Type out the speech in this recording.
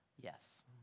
Yes